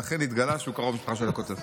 ואכן התגלה שהוא קרוב משפחה של הכותב.